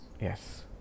Yes